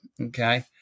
okay